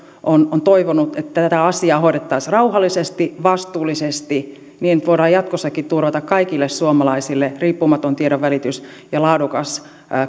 on on toivonut että tätä asiaa hoidettaisiin rauhallisesti vastuullisesti niin että voidaan jatkossakin turvata kaikille suomalaisille riippumaton tiedonvälitys ja laadukas